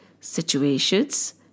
situations